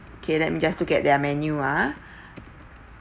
okay let me just look at their menu uh